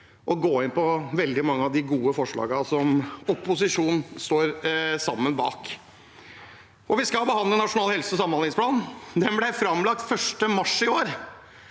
å gå inn på veldig mange av de gode forslagene som opposisjonen sammen står bak. Vi skal behandle Nasjonal helse- og samhandlingsplan. Den ble framlagt 1. mars i år.